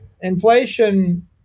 Inflation